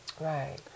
Right